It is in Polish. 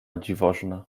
dziwożona